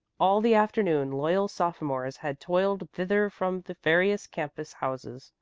all the afternoon loyal sophomores had toiled thither from the various campus houses,